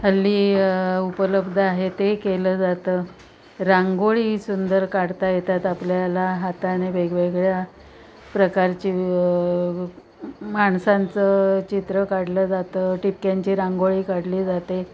हल्ली उपलब्ध आहे तेही केलं जातं रांगोळी सुंदर काढता येतात आपल्याला हाताने वेगवेगळ्या प्रकारची माणसांचं चित्र काढलं जातं ठिपक्यांची रांगोळी काढली जाते